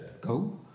Go